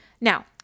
Now